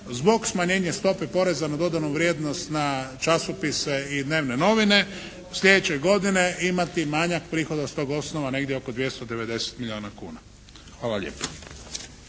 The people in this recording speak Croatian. zbog smanjenja stope poreza na dodanu vrijednost na časopise i dnevne novine slijedeće godine imati manjak prihoda s tog osnova negdje oko 290 milijuna kuna. Hvala lijepo.